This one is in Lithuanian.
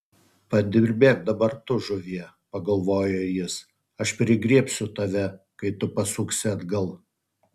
padirbėk dabar tu žuvie pagalvojo jis aš prigriebsiu tave kai tu pasuksi atgal